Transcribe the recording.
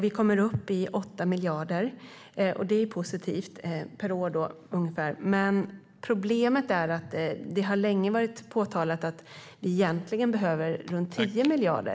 Vi kommer upp i ungefär 8 miljarder per år, och det är positivt. Problemet är dock att det länge har påpekats att det egentligen behövs runt 10 miljarder.